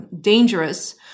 dangerous